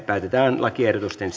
päätetään lakiehdotusten